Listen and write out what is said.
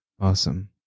Awesome